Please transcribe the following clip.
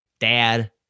dad